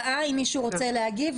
אם מישהו רוצה להגיב,